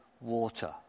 water